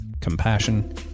compassion